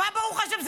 מה ברוך השם?